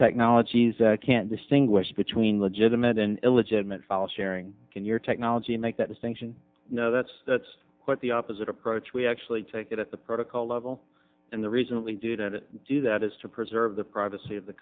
technologies can distinguish between legitimate and illegitimate follow sharing can your technology make that distinction no that's that's quite the opposite approach we actually take it at the protocol level and the reason we do to do that is to preserve the privacy of the